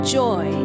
joy